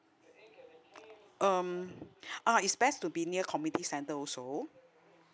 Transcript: um uh it's best to be near community centre also